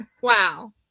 wow